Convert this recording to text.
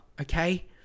okay